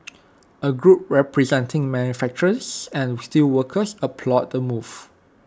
A group representing manufacturers and steelworkers applauded the move